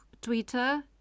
Twitter